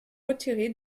retiré